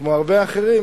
כמו הרבה אחרים,